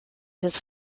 his